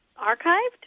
archived